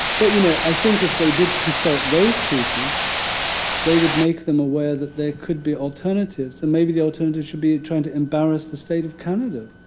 but, you know, i think if they did consult those people they would make them aware that there could be alternatives. and maybe the alternative should be trying to embarrass the state of canada